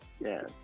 Yes